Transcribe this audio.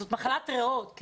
זאת מחלת ריאות.